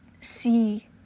see